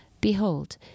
Behold